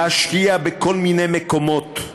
להשקיע בכל מיני מקומות,